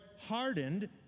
hardened